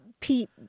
Pete